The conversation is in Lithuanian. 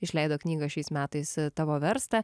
išleido knygą šiais metais tavo verstą